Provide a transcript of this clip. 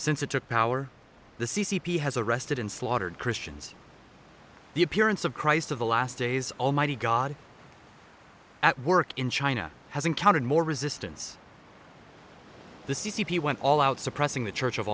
since it took power the c c p has arrested and slaughtered christians the appearance of christ of the last days almighty god at work in china has encountered more resistance the c c p went all out suppressing the church of